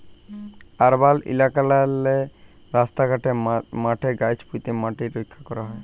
আরবাল ইলাকাললে রাস্তা ঘাটে, মাঠে গাহাচ প্যুঁতে ম্যাটিট রখ্যা ক্যরা হ্যয়